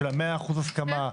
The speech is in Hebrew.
של ה-100 אחוזים הסכמה.